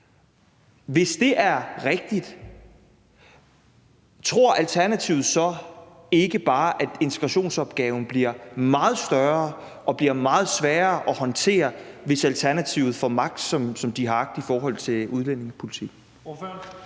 Hvis det er rigtigt, tror Alternativet så ikke bare, at integrationsopgaven bliver meget større og bliver meget sværere at håndtere, hvis Alternativet får magt, som de har agt i forhold til udlændingepolitik?